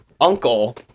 uncle